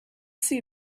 see